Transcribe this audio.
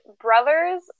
brother's